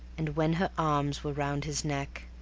and when her arms were round his neck,